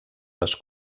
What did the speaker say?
les